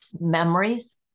memories